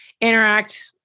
interact